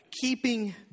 keeping